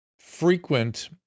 frequent